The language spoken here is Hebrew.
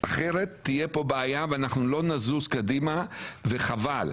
אחרת תהיה פה בעיה ואנחנו לא נזוז קדימה, וחבל.